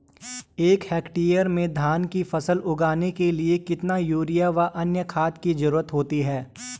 एक हेक्टेयर में धान की फसल उगाने के लिए कितना यूरिया व अन्य खाद की जरूरत होती है?